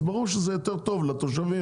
אז ברור שזה יותר טוב לתושבים,